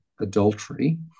adultery